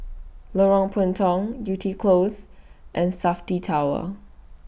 Lorong Puntong Yew Tee Close and Safti Tower